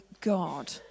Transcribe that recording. God